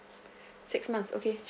six months okay